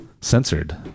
censored